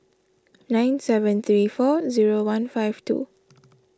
nine seven three four zero one five two